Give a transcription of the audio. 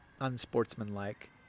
unsportsmanlike